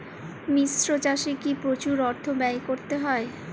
মিশ্র চাষে কি প্রচুর অর্থ ব্যয় করতে হয়?